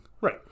Right